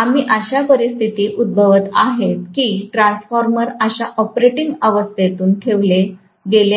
आम्ही अशा परिस्थिती उद्भवत आहोत की ट्रान्सफॉर्मर अशा ऑपरेटिंग अवस्थेतून ठेवले गेले आहे